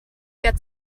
get